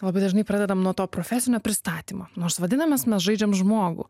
labai dažnai pradedam nuo to profesinio pristatymo nors vadinamės mes žaidžiam žmogų